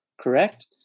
correct